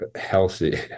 healthy